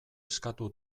eskatu